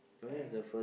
and